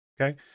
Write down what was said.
Okay